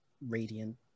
radiant